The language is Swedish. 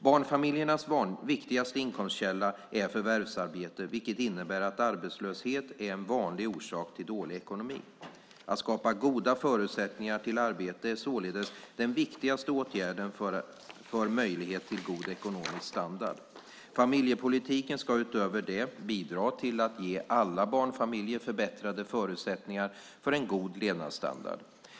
Barnfamiljernas viktigaste inkomstkälla är förvärvsarbete, vilket innebär att arbetslöshet är en vanlig orsak till dålig ekonomi. Att skapa goda förutsättningar till arbete är således den viktigaste åtgärden för möjlighet till god ekonomisk standard. Familjepolitiken ska utöver det bidra till att ge alla barnfamiljer förbättrade förutsättningar för en god levnadsstandard.